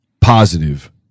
positive